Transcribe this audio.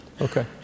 Okay